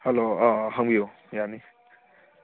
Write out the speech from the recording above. hello ꯍꯪꯕꯤꯌꯣ ꯌꯥꯅꯤ